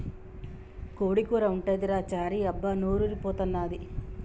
కోడి కూర ఉంటదిరా చారీ అబ్బా నోరూరి పోతన్నాది